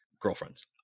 Girlfriends